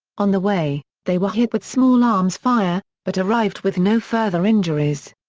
on the way, they were hit with small arms fire, but arrived with no further injuries.